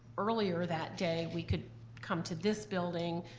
earlier that day, we could come to this building,